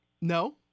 No